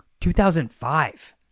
2005